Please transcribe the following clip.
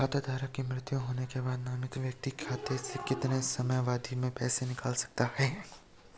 खाता धारक की मृत्यु के बाद नामित व्यक्ति खाते से कितने समयावधि में पैसे निकाल सकता है?